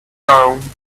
dawn